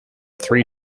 three